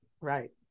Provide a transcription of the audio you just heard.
Right